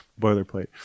boilerplate